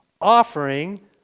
offering